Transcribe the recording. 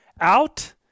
out